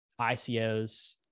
ICOs